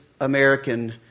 American